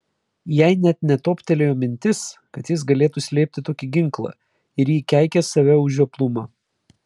jai net netoptelėjo mintis kad jis galėtų slėpti tokį ginklą ir ji keikė save už žioplumą